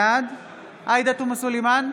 בעד עאידה תומא סלימאן,